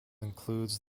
includes